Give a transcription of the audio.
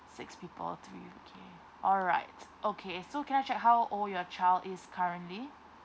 six people three okay all right okay so can I check how old your child is currently